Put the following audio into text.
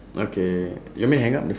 okay you want me to hang up the ph~